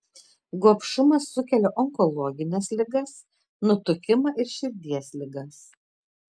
gobšumas sukelia onkologines ligas nutukimą ir širdies ligas